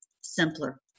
simpler